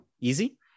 Easy